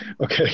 okay